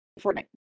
Fortnite